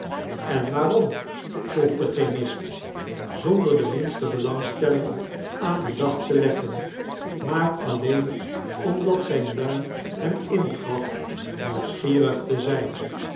en waarom vroeg de chemist zonder de minste belahgstelling aan den dag te leggen maar alleen omdat zijn luim hem ingaf nieuwsgierig te zijn